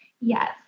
Yes